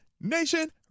Nation